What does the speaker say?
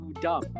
dumb